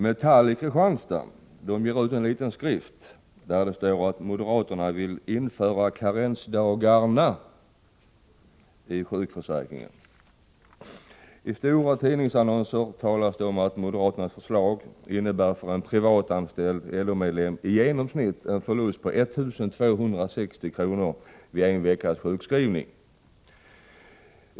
Metalli Kristianstad ger ut en liten skrift där det bl.a. står att moderaterna inför karensdagarnai sjukförsäkringen. I stora tidningsannonser talas det om att moderaternas förslag innebär för en privatanställd LO-medlem i genomsnitt en förlust på 1 260 kr. vid en veckas sjukskrivning.